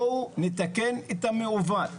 בואו נתקן את המעוות.